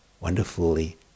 wonderfully